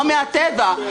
לא מהטבע.